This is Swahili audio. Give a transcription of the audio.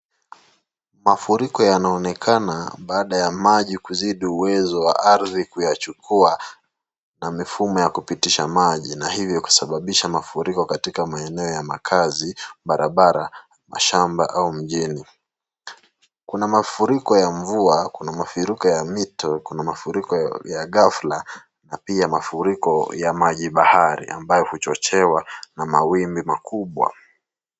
Mafuriko yanaonekana baada ya maji kuzidi uwezo wa ardhi kuyachukua na mifumo ya kupitisha maji na hivyo kusababisha mafuriko katika maeneo ya makaazi, barabara, mashamba au mjini. Kuna mafuriko ya mvua, kuna mafiruko ya mito, kuna mafuriko ya ya ghafla na pia mafuriko ya maji bahari ambayo huchochewa na mawimbi makubwa.